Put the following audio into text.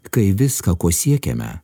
kai viską ko siekiame